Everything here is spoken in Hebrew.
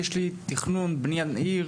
יש לי תכנון בניין עיר,